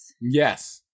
Yes